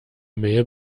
mail